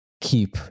keep